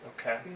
okay